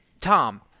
Tom